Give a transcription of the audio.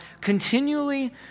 continually